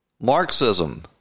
Marxism